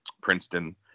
Princeton